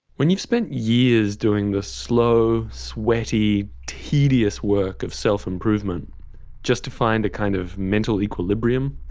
when you've spent years doing the slow, sweaty, tedious work of self-improvement just to find a kind of mental equilibrium,